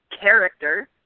character